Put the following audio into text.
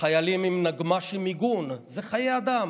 חיילים עם נגמ"ש עם מיגון, זה חיי אדם.